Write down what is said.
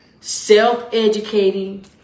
self-educating